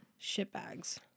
shitbags